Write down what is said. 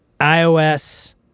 iOS